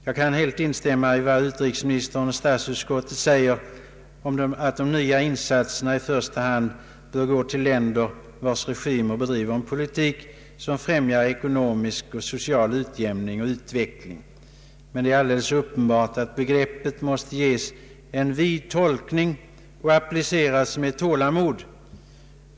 Jag kan helt instämma i vad utrikesministern och statsutskottet säger, att nya insatser i första hand bör gå till länder vilkas regeringar bedriver en politik som främjar såväl ekonomisk och social utjämning som utveckling. Men det är alldeles uppenbart att begreppet måste ges en vid tolkning och appliceras med tålamod.